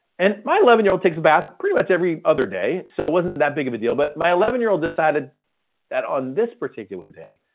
and my eleven year old takes a bath pretty much every other day, so it wasn't that big of a deal. but my eleven year old decided that on this particular day,